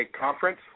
conference